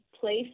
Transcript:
place